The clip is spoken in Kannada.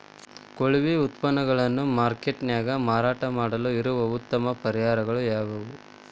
ಕೊಳೆವ ಉತ್ಪನ್ನಗಳನ್ನ ಮಾರ್ಕೇಟ್ ನ್ಯಾಗ ಮಾರಾಟ ಮಾಡಲು ಇರುವ ಉತ್ತಮ ಪರಿಹಾರಗಳು ಯಾವವು?